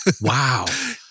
Wow